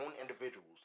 individuals